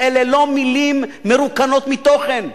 אלה לא מלים מרוקנות מתוכן.